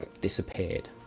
disappeared